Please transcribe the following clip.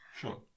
Sure